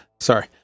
sorry